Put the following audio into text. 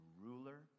ruler